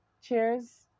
cheers